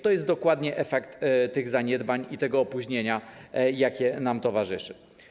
To jest dokładnie efekt tych zaniedbań i tego opóźnienia, jakie nam towarzyszy.